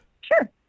sure